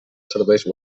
serveis